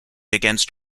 against